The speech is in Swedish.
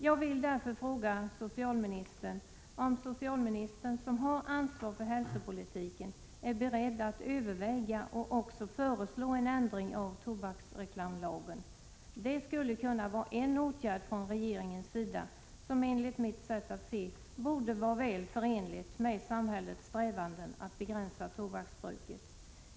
Jag vill därför fråga om socialministern, som har ansvaret för hälsopolitiken, är beredd att överväga och att också föreslå en ändring av tobaksreklamlagen. Det skulle vara en åtgärd från regeringens sida som enligt mitt sätt att se är väl förenlig med samhällets strävanden att begränsa tobaksbruket.